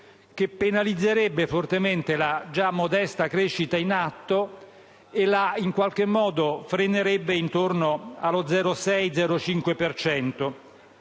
che penalizzerebbe fortemente la già modesta crescita in atto e la frenerebbe intorno allo 0,5-0,6